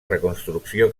reconstrucció